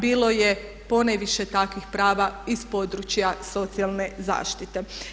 Bilo je ponajviše takvih prava iz područja socijalne zaštite.